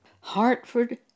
Hartford